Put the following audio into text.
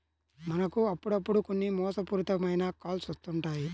మనకు అప్పుడప్పుడు కొన్ని మోసపూరిత మైన కాల్స్ వస్తుంటాయి